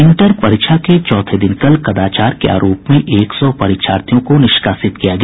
inter परीक्षा के चौथे दिन कल कदाचार के आरोप में एक सौ परीक्षार्थियों को निष्कासित किया गया